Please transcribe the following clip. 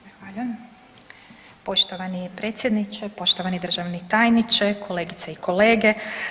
Zahvaljujem poštovani predsjedniče, poštovani državni tajniče, kolegice i kolege.